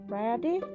Ready